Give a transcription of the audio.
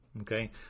okay